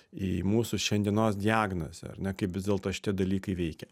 į mūsų šiandienos diagnozę ar ne kaip vis dėlto šitie dalykai veikia